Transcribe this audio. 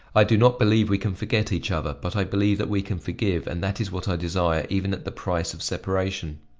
i do not believe we can forget each other but i believe that we can forgive and that is what i desire even at the price of separation.